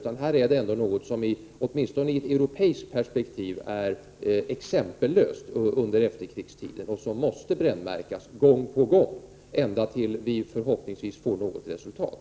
Här rör det sig i alla fall om någonting som åtminstone i ett europeiskt perspektiv är exempellöst under efterkrigstiden och som måste brännmärkas gång på gång ända tills vi förhoppningsvis uppnår ett resultat.